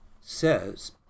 says